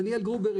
דניאל גרובר,